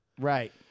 Right